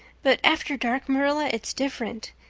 but after dark, marilla, it's different.